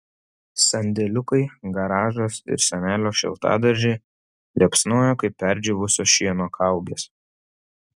sandėliukai garažas ir senelio šiltadaržiai liepsnojo kaip perdžiūvusio šieno kaugės